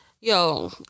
yo